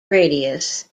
radius